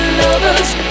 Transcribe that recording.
lovers